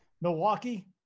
Milwaukee